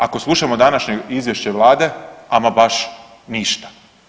Ako slušamo današnje izvješće Vlade, ama baš ništa.